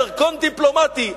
דרכון דיפלומטי.